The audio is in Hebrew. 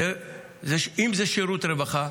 אם זה שירות רווחה,